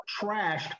trashed